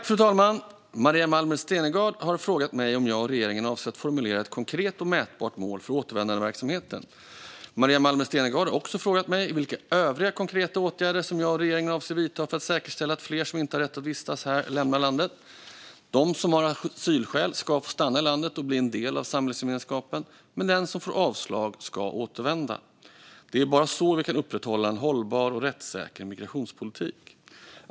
Fru talman! Maria Malmer Stenergard har frågat mig om jag och regeringen avser att formulera ett konkret och mätbart mål för återvändandeverksamheten. Maria Malmer Stenergard har också frågat mig vilka övriga konkreta åtgärder som jag och regeringen avser att vidta för att säkerställa att fler som inte har rätt att vistas här lämnar landet. De som har asylskäl ska få stanna i landet och bli en del av samhällsgemenskapen, men den som får avslag ska återvända. Det är bara så vi kan upprätthålla en hållbar och rättssäker migrationspolitik.